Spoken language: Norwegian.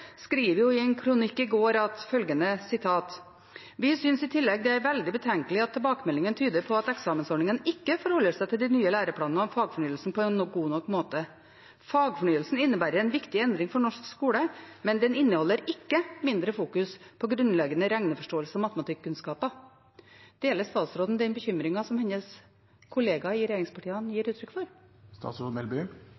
skriver følgende i en kronikk for et par dager siden: «Vi synes i tillegg at det er veldig betenkelig at tilbakemeldingen tyder på at eksamensordningen ikke forholder seg til de nye læreplanene og fagfornyelsen på en god nok måte. Fagfornyelsen innebærer en viktig endring for norsk skole, men den inneholder ikke mindre fokus på grunnleggende regneforståelse og matematikkunnskaper.» Deler statsråden den bekymringen som hennes kollega i regjeringspartiet gir